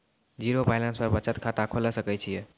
Zero balance पर बचत खाता खोले सकय छियै?